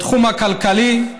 בתחום הכלכלי,